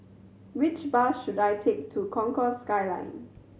which bus should I take to Concourse Skyline